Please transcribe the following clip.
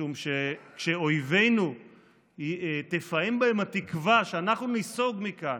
משום שכשתפעם באויבינו התקווה שאנחנו ניסוג מכאן,